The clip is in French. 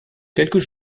quelques